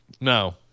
No